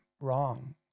wrong